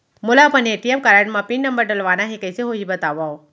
मोला अपन ATM card म पिन नंबर डलवाना हे कइसे होही बतावव?